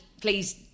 please